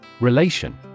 Relation